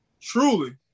truly